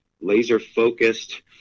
laser-focused